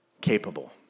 capable